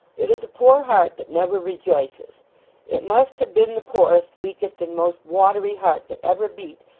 it is a poor heart that never rejoices it must have been the poorest, weakest, and most watery heart that ever beat,